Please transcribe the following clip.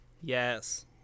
Yes